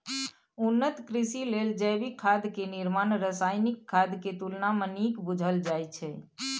उन्नत कृषि लेल जैविक खाद के निर्माण रासायनिक खाद के तुलना में नीक बुझल जाइ छइ